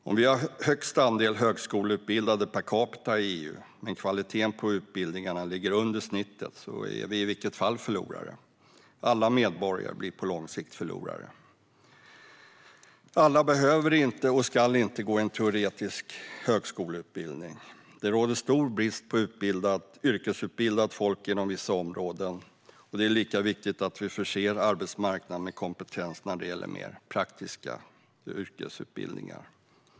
Om vi har störst andel högskoleutbildade per capita i EU men kvaliteten på utbildningarna ligger under snittet är vi i vilket fall som helst förlorare. Alla medborgare blir på lång sikt förlorare. Alla behöver inte och ska inte gå en teoretisk högskoleutbildning. Det råder stor brist på yrkesutbildat folk inom vissa områden, och det är lika viktigt att vi förser arbetsmarknaden med kompetens när det gäller mer praktiska yrkesutbildningar.